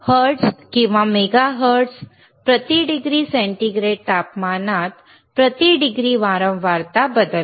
hertz किंवा megahertz प्रति degree centigrade तापमानात प्रति डिग्री वारंवारता बदल